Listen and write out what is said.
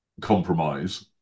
compromise